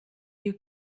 you